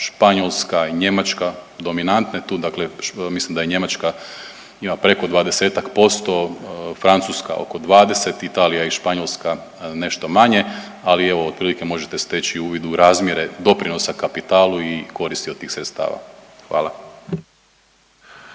Španjolska i Njemačka dominantne tu. Mislim da je Njemačka ima preko 20%, Francuska oko 20, Italija i Španjolska nešto manje, ali evo otprilike možete steći uvid u razmjere doprinosa kapitalu i koristi od tih sredstava. Hvala.